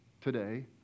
today